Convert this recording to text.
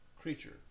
creature